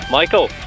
Michael